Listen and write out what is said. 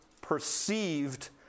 perceived